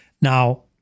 Now